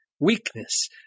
weakness